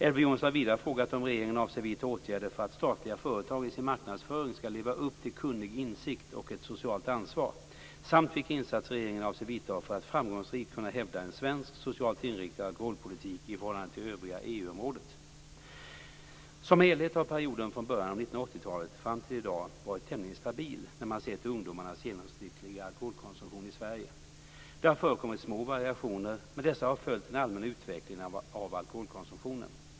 Elver Jonsson har vidare frågat om regeringen avser vidta åtgärder för att statliga företag i sin marknadsföring skall leva upp till kunnig insikt och ett socialt ansvar samt vilka insatser regeringen avser vidta för att framgångsrikt kunna hävda en svensk, socialt inriktad alkoholpolitik i förhållande till övriga EU-området. Som helhet har perioden från början av 1980-talet fram till i dag varit tämligen stabil när man ser till ungdomarnas genomsnittliga alkoholkonsumtion i Sverige. Det har förekommit små variationer, men dessa har följt den allmänna utvecklingen av alkoholkonsumtionen.